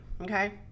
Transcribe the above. okay